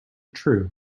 true